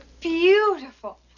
beautiful